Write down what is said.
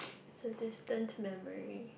is a distant memory